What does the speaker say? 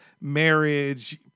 marriage